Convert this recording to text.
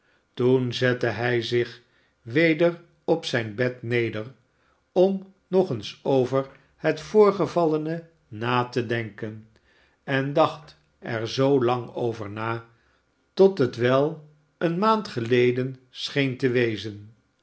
toen zette hij zich weder op zijn bed neder om nog eens over het voorgevallene na te denken en dacht er zoolang over na tot het wel eene maand geleden scheen